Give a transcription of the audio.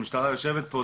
המשטרה יושבת פה,